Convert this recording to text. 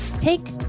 Take